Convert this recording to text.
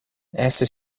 esse